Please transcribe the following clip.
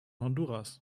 honduras